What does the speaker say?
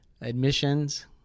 admissions